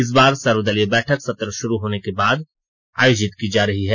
इस बार सर्वदलीय बैठक सत्र शुरू होने के बाद आयोजित की जा रही है